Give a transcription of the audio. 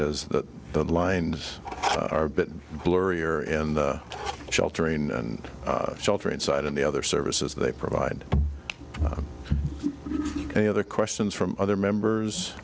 is that the lines are a bit blurry or in the sheltering and shelter inside and the other services they provide any other questions from other members